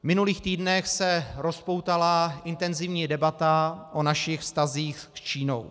V minulých týdnech se rozpoutala intenzivní debata o našich vztazích s Čínou.